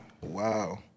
Wow